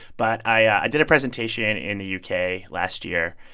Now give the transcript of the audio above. but i did a presentation in the u k. last year.